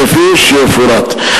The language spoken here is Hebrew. כפי שיפורט.